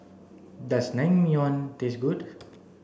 does Naengmyeon taste good